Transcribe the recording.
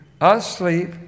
asleep